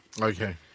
Okay